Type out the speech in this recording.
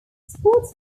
sports